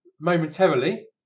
momentarily